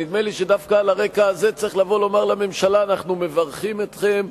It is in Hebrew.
נדמה לי שדווקא על הרקע הזה צריך לבוא ולומר לממשלה: אנחנו מברכים אתכם.